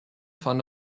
van